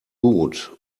gut